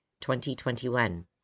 2021